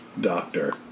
Doctor